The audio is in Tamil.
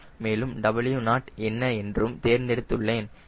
மேலும் W0 என்ன என்றும் தேர்ந்தெடுத்துள்ளேன்